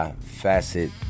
facet